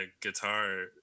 guitar